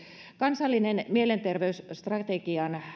kansallisen mielenterveysstrategian